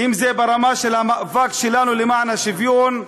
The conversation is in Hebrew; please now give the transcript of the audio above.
אם זה ברמה של המאבק שלנו למען השוויון,